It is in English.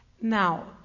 Now